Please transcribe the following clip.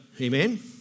Amen